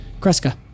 Kreska